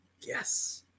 yes